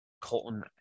Colton